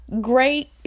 great